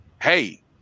Hey